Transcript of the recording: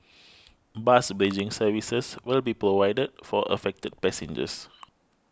bus bridging services will be provided for affected passengers